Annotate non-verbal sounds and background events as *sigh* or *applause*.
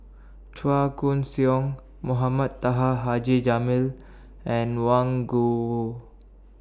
Chua Koon Siong Mohamed Taha Haji Jamil and Wang *unintelligible*